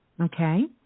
Okay